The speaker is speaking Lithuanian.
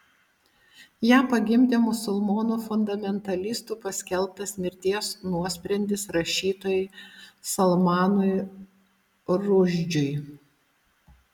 ją pagimdė musulmonų fundamentalistų paskelbtas mirties nuosprendis rašytojui salmanui rušdžiui